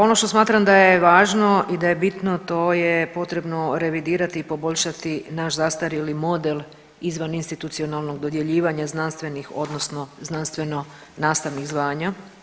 Ono što smatram da je važno i da je bitno, to je potrebno revidirati i poboljšati naš zastarjeli model izvaninstitucionalnog dodjeljivanja znanstvenih odnosno znanstveno-nastavnih zvanja.